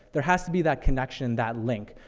there has to be that connection, that link.